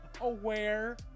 aware